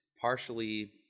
partially